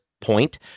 point